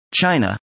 China